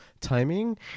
timing